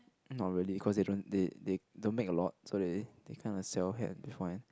not really cause they don't they they don't make a lot so they they kinda sell